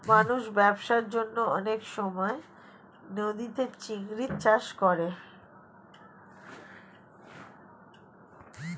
মানুষ ব্যবসার জন্যে অনেক সময় নদীতে চিংড়ির চাষ করে